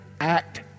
act